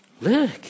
Look